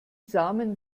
samen